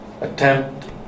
attempt